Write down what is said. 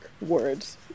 words